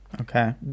Okay